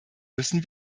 müssen